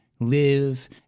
live